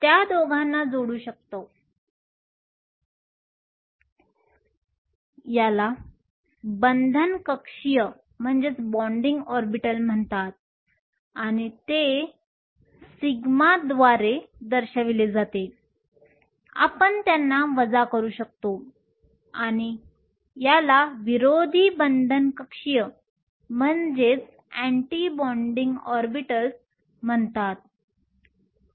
आपण त्यांना वजा करू शकतो आणि याला विरोधी बंधन कक्षीय म्हणतात